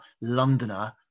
Londoner